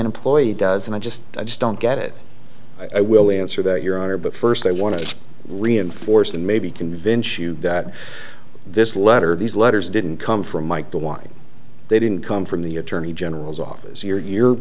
an employee does and i just i just don't get it i will answer that your honor but first i want to reinforce and maybe convince you that this letter these letters didn't come from mike de wine they didn't come from the attorney general's office you're